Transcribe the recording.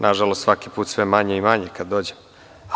Nažalost, svaki put sve manje i manje kada dođem.